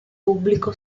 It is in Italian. pubblico